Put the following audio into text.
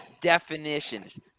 definitions